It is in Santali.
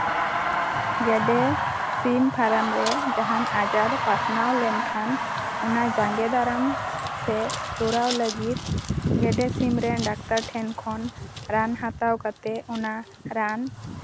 ᱜᱮᱰᱮ ᱥᱤᱢ ᱯᱷᱟᱨᱟᱢ ᱨᱮ ᱡᱟᱦᱟᱱ ᱟᱡᱟᱨ ᱯᱟᱥᱱᱟᱣ ᱞᱮᱱᱠᱷᱟᱱ ᱚᱱᱟ ᱡᱟᱸᱜᱮ ᱫᱟᱨᱟᱢ ᱥᱮ ᱛᱚᱨᱟᱣ ᱞᱟᱹᱜᱤᱫ ᱜᱮᱰᱮ ᱥᱤᱢ ᱨᱮᱱ ᱰᱟᱠᱛᱟᱨ ᱴᱷᱮᱱ ᱠᱷᱚᱱ ᱨᱟᱱ ᱦᱟᱛᱟᱣ ᱠᱟᱛᱮ ᱚᱱᱟ ᱨᱟᱱ